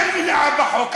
אין מניעה בחוק,